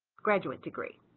graduate degree.